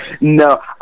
No